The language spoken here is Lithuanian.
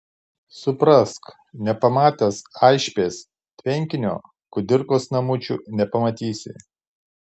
suprask nepamatęs aišbės tvenkinio kudirkos namučių nepamatysi